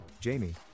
jamie